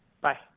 Bye